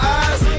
eyes